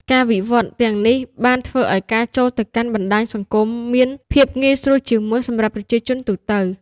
ការវិវឌ្ឍន៍ទាំងនេះបានធ្វើឲ្យការចូលទៅកាន់បណ្តាញសង្គមមានភាពងាយស្រួលជាងមុនសម្រាប់ប្រជាជនទូទៅ។